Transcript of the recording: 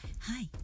Hi